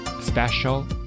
Special